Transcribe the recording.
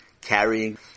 carrying